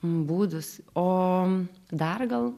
būdus o dar gal